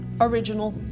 original